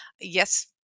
yes